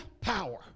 power